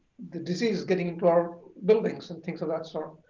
the disease getting into our buildings and things of that sort.